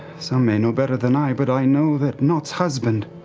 some may know better than i, but i know that nott's husband